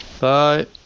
Bye